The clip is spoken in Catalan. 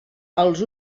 els